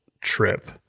trip